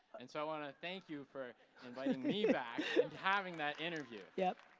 and so i wanted to thank you for inviting me back and having that interview. yep.